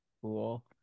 Cool